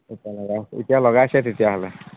এতিয়া লগাইছে তেতিয়াহ'লে